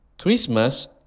Christmas